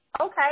okay